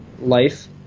life